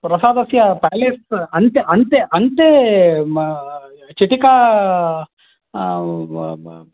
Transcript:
प्रासादस्य प्यालेस् अन्त अन्ते अन्ते चीटिका